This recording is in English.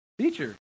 Teacher